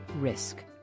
risk